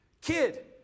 kid